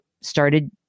started